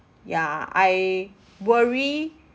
ya I worry